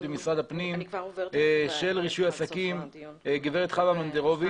במשרד הפנים של רישוי עסקים גברת חווה מונדרוביץ'.